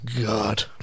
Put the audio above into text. god